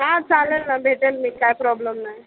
हां चालेल ना भेटेन मी काही प्रॉब्लेम नाही